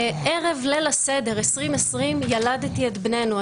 בערב ליל הסדר 2020 ילדתי את בננו.